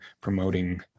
promoting